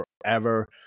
forever